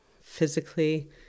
physically